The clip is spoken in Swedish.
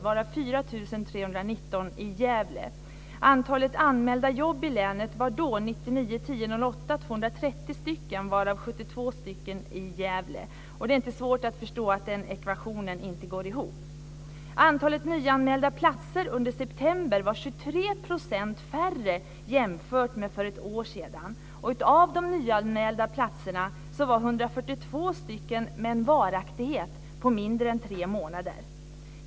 Det är inte svårt att förstå att denna ekvation inte går ihop. Antalet nyanmälda platser under september var 23 % färre jämfört med för ett år sedan. Av de nyanmälda platserna har 142 en varaktighet på mindre än tre månader.